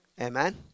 Amen